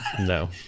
no